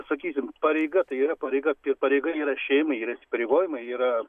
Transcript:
sakysim pareiga tai yra pareiga tai pareiga yra šeimai ir įsipareigojimai yra